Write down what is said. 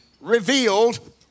revealed